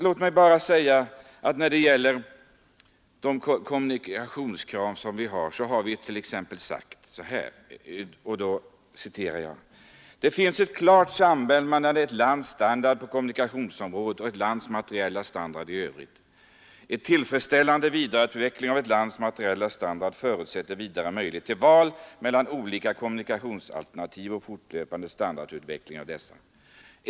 Låt mig bara framhålla att när det gäller de kommunikationskrav som vi har säger vi t.ex. så här: ”Det finns ett klart samband mellan ett lands standard på kommunikationsområdet och ett lands materiella standard i övrigt. En tillfredsställande vidareutveckling av ett lands materiella standard förutsätter vidare möjlighet till val mellan olika kommunikationsalternativ och fortlöpande standardutveckling av dessa.